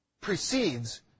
precedes